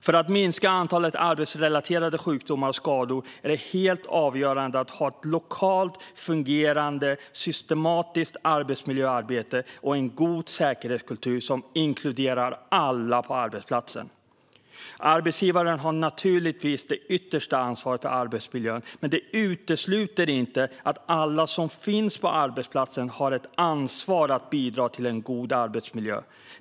För att minska antalet arbetsrelaterade sjukdomar och skador är det helt avgörande att ha ett lokalt fungerande systematiskt arbetsmiljöarbete och en god säkerhetskultur som inkluderar alla på arbetsplatsen. Arbetsgivaren har naturligtvis det yttersta ansvaret för arbetsmiljön, men det utesluter inte att alla som finns på arbetsplatsen har ett ansvar att bidra till en god arbetsmiljö.